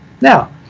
Now